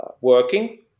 working